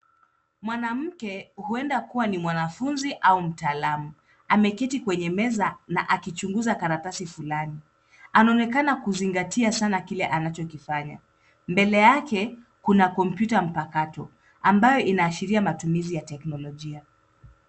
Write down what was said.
Mwanamke huenda kuwa ni mwanafunzi au mtalaamu ameketi kwenye meza na akichunguza karatasi fulani anaonekana kuzingatia sana kile anachokifanya, mbele yake kuna kompyuta mpakato ambayo inaashiria matumizi ya teknolojia.